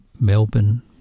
Melbourne